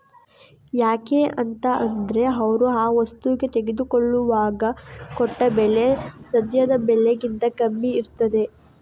ಯಾಕೆ ಅಂತ ಅಂದ್ರೆ ಅವ್ರು ಆ ವಸ್ತುಗೆ ತೆಗೆದುಕೊಳ್ಳುವಾಗ ಕೊಟ್ಟ ಬೆಲೆ ಸದ್ಯದ ಬೆಲೆಗಿಂತ ಕಮ್ಮಿ ಇರ್ತದೆ